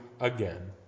again